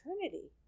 eternity